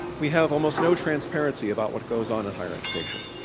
we have almost no transparency about what goes ah non-higher education.